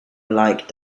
like